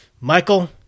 Michael